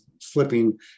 flipping